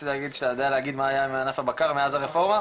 אתה יכול לומר מה היה עם ענף הבקר מאז הרפורמה?